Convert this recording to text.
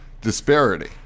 disparity